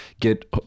get